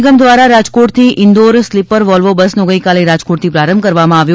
નિગમ દ્વારા રાજકોટથી Indore Madhya Pradesh sleeper Volvo બસનો ગઇકાલે રાજકોટથી પ્રારંભ કરવામાં આવ્યો